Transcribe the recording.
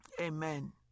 Amen